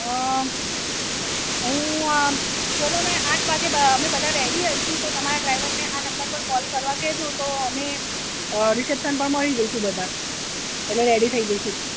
અ હું ચાલો ને આઠ વાગે અમે બ બધા રેડી હોઈશું તો તમારા ડ્રાઈવરને આ નંબર પર કોલ કરવા કહેજો તો અમે રિસેપ્સન પર મળી જઈશું બધા એટલે રેડી થઇ જઈશું